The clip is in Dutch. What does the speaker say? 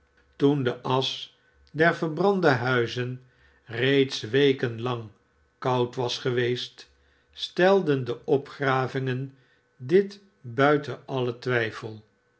toen de asch der vert rande huizen reeds weken lang koud was geweest stelden de opgravingen dit buiten alien twijfel